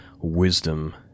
wisdom